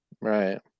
right